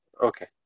okay